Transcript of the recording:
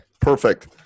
perfect